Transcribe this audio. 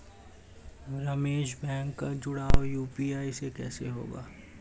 Ramesh bank का जुड़ाव UPI से कैसे होगा?